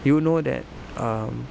you know that um